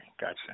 gotcha